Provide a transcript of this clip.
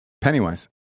Pennywise